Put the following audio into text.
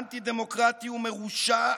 אנטי-דמוקרטי ומרושע,